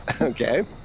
Okay